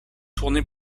tourné